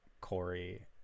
Corey